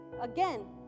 again